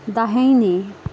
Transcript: दाहिने